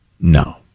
No